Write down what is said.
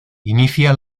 inicia